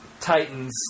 Titans